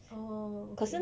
orh okay